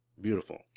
beautiful